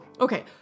Okay